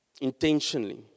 Intentionally